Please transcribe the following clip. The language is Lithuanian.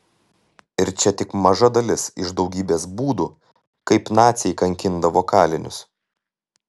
ir čia tik maža dalis iš daugybės būdų kaip naciai kankindavo kalinius